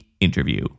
interview